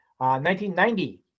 1990